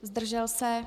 Zdržel se?